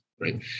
right